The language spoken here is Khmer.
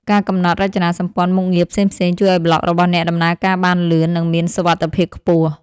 ការកំណត់រចនាសម្ព័ន្ធមុខងារផ្សេងៗ ជួយឱ្យប្លក់របស់អ្នកដំណើរការបានលឿន និងមានសុវត្ថិភាពខ្ពស់។